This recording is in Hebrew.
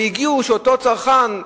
והגיעו לכך שאותו צרכן,